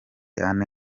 ane